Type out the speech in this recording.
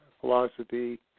philosophy